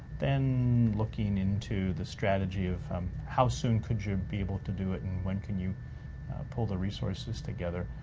then looking into the strategy of um how soon could you be able to do it and when can you pull the resources together,